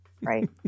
Right